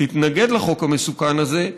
תתנגד לחוק המסוכן הזה,